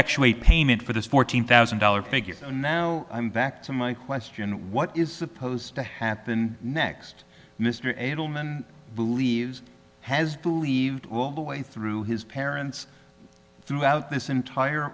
effectuate payment for this fourteen thousand dollars figure and now i'm back to my question what is supposed to happen next mr edelman believes has believed the way through his parents throughout this entire